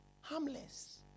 Harmless